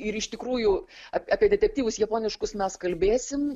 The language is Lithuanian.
ir iš tikrųjų apie apie detektyvus japoniškus mes kalbėsim